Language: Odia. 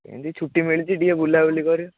ଏମିତି ଛୁଟି ମିଳିଛି ଟିକେ ବୁଲାବୁଲି କରିବ